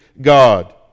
God